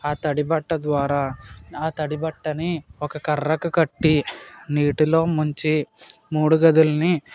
ఆ తడి బట్ట ద్వారా ఆ తడి బట్టని ఒక కర్రకు కట్టి నీటిలో ముంచి మూడు గదులని